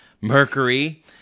Mercury